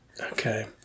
Okay